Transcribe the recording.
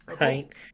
Right